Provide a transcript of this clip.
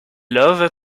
love